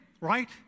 right